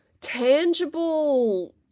tangible